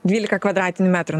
dvylika kvadratinių metrų